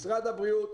משרד הבריאות,